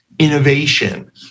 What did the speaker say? innovation